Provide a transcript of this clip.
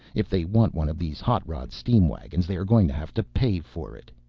if they want one of these hot-rod steam wagons, they are going to have to pay for it!